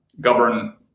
govern